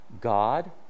God